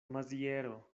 maziero